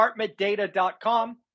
apartmentdata.com